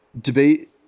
debate